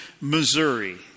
Missouri